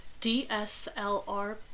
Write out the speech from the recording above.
DSLR